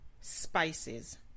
Spices